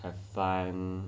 I have fine